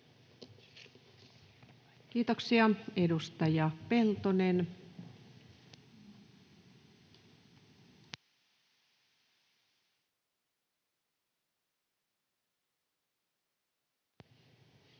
Kiitoksia. — Edustaja Peltonen, olkaa